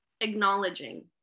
acknowledging